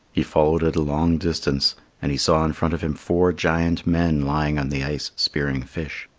he followed it a long distance and he saw in front of him four giant men lying on the ice spearing fish.